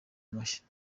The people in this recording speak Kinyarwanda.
amashyi